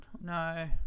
No